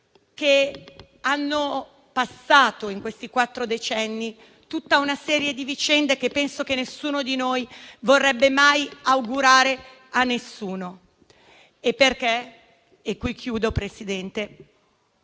che hanno passato in questi quattro decenni tutta una serie di vicende che penso nessuno di noi vorrebbe mai augurare a nessuno e perché - e concludo Presidente